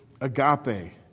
agape